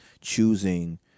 choosing